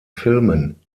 filmen